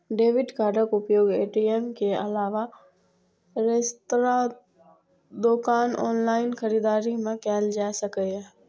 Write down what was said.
debit कार्डक उपयोग ATM के अलावे रेस्तरां, दोकान, ऑनलाइन खरीदारी मे कैल जा सकैए